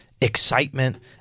excitement